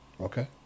Okay